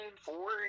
four